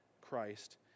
Christ